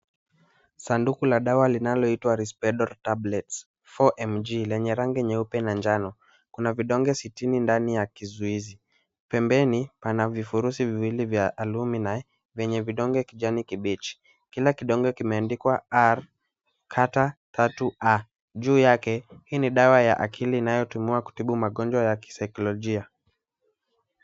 Sanduku la dawa linaloitwa Respedal tablets 4mg, lenye rangi nyeupe na njano, kuna vidonge sitini ndani ya kizuizi. Pembeni, pana vifurusi viwili vya Allumni vyenye rangi ya kijani kibichi. Kila kidonge kimeandikwa R, kata tatu A juu yake. Hii ni dawa ya akili inayotumika kutibu magonjwa ya kisaikolojia.